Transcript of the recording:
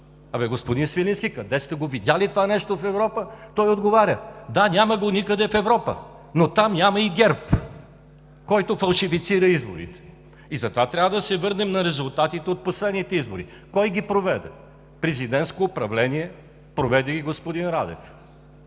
„Господин Свиленски, къде сте го видели това нещо в Европа?“, той отговори: „Да, няма го никъде в Европа, но там няма и ГЕРБ, който фалшифицира изборите“. Затова трябва да се върнем на резултатите от последните избори. Кой ги проведе? Президентско управление – проведе ги господин Радев.